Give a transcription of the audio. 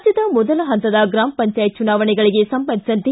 ರಾಜ್ಜದ ಮೊದಲ ಹಂತದ ಗ್ರಾಮ ಪಂಚಾಯತ್ ಚುನಾವಣೆಗಳಗೆ ಸಂಬಂಧಿಸಿದಂತೆ